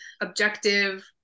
objective